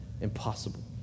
impossible